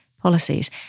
policies